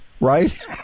Right